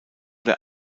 der